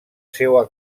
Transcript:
seua